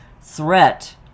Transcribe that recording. threat